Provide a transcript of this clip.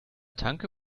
tanke